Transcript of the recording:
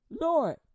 Lord